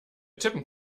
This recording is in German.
tippen